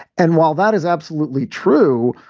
and while that is absolutely true,